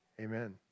Amen